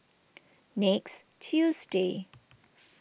next Tuesday